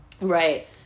Right